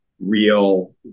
real